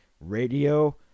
radio